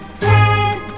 ten